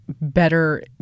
better